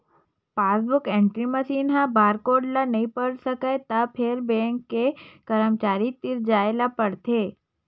passbook entry machine ह barcode ल नइ पढ़ सकय त फेर बेंक के करमचारी तीर जाए ल परथे